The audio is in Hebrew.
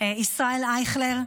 ישראל אייכלר.